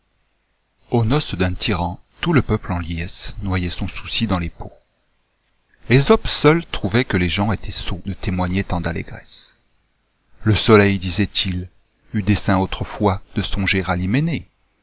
ux noces d'un tyran tout le peuple en liesse noyait son souci dans les pots sope seul trouvait que les gens étaient sots de témoigner tantd'alégresse soleil disait il eut dessein autrefois de songer à l'hyménée